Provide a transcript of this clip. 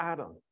Adam